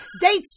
Dates